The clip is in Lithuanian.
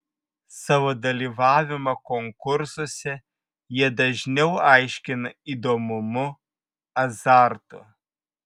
savo dalyvavimą konkursuose jie dažniau aiškina įdomumu azartu